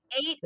eight